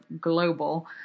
global